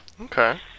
Okay